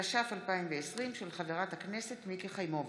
התש"ף 2020, של חברת הכנסת מיקי חיימוביץ'.